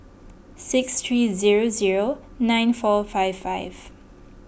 six three zero zero nine four five five